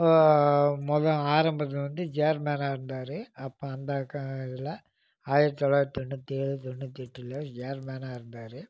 இப்போது மொதல ஆரம்பத்தில் வந்து சேர்மேனாக இருந்தார் அப்போ அந்த இதில் ஆயிரத்து தொள்ளாயிரத்து தொண்ணூற்றி ஏழு தொண்ணூற்றி எட்டில் சேர்மேனாக இருந்தார்